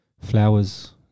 flowers